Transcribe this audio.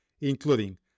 including